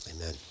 Amen